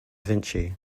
vinci